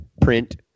print